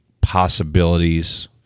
possibilities